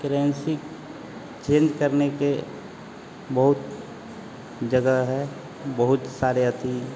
currency change करने के बहुत जगह है बहुत सारे अथि